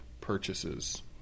purchases